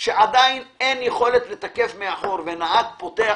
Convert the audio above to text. שעדיין אין בהם יכולת לתקף מאחור ונהג פותח